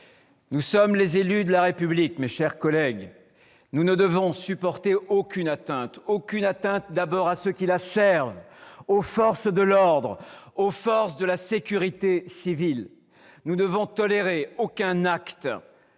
Nous sommes les élus de la République, mes chers collègues, nous ne devons supporter aucune atteinte à ceux qui la servent, c'est-à-dire aux forces de l'ordre et aux forces de sécurité civile. Nous ne devons tolérer aucun acte